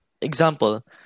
Example